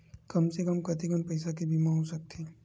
कम से कम कतेकन पईसा के बीमा हो सकथे?